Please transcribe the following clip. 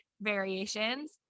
variations